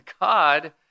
God